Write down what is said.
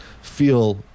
feel